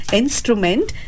instrument